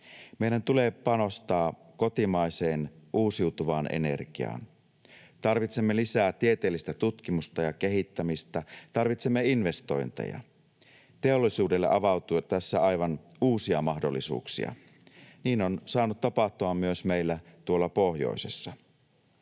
Meidän tulee panostaa kotimaiseen uusiutuvaan energiaan. Tarvitsemme lisää tieteellistä tutkimusta ja kehittämistä, tarvitsemme investointeja. Teollisuudelle avautuu tässä aivan uusia mahdollisuuksia. Niin on saanut tapahtua myös meillä tuolla pohjoisessa.